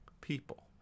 People